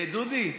דודי,